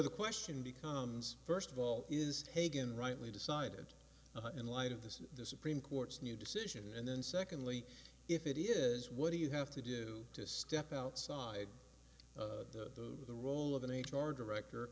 the question becomes first of all is hagan rightly decided in light of this the supreme court's new decision and then secondly if it is what do you have to do to step outside of the role of an h r director